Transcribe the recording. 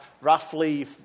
roughly